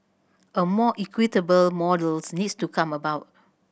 a more equitable models needs to come about